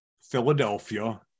Philadelphia